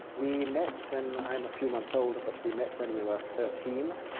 we met when, i'm a few months older but we met when we were thirteen,